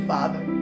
Father